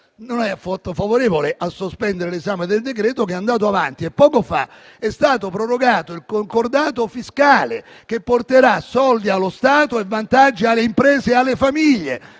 dal senatore Boccia; l'esame del provvedimento è andato avanti e poco fa è stato prorogato il concordato fiscale, che porterà soldi allo Stato e vantaggi alle imprese e alle famiglie.